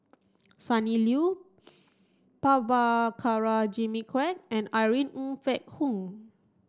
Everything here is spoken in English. Sonny Liew Prabhakara Jimmy Quek and Irene Ng Phek Hoong